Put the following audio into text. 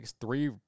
three